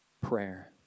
prayer